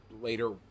later